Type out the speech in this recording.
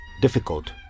difficult